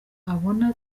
abona